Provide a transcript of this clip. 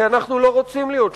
כי אנחנו לא רוצים להיות שוטרים.